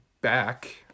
back